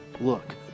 Look